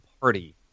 party